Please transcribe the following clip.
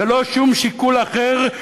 ולא שום שיקול אחר,